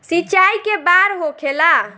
सिंचाई के बार होखेला?